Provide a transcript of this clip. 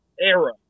era